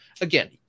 Again